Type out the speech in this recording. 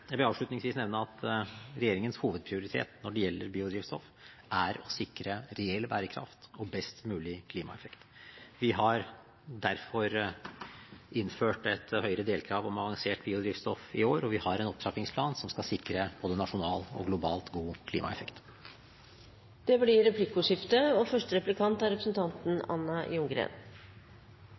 Jeg vil avslutningsvis nevne at regjeringens hovedprioritet når det gjelder biodrivstoff, er å sikre reell bærekraft og best mulig klimaeffekt. Vi har derfor innført et høyere delkrav om avansert biodrivstoff i år, og vi har en opptrappingsplan som skal sikre både nasjonalt og globalt god klimaeffekt. Det blir replikkordskifte.